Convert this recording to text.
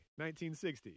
1960